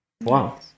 wow